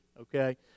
okay